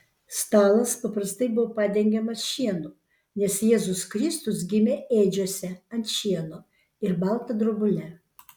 stalas paprastai buvo padengiamas šienu nes jėzus kristus gimė ėdžiose ant šieno ir balta drobule